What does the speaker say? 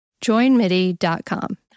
Joinmidi.com